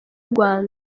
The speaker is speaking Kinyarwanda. rwanda